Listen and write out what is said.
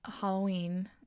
Halloween